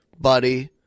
buddy